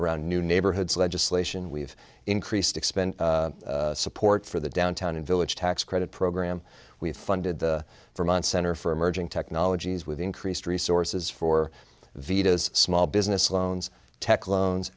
around new neighborhoods legislation we've increased expend support for the downtown in village tax credit program we've funded for months center for emerging technologies with increased resources for vetoes small business loans tech loans